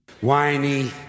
Whiny